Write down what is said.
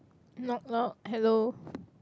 knock knock hello